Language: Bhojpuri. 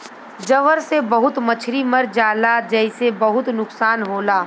ज्वर से बहुत मछरी मर जाला जेसे बहुत नुकसान होला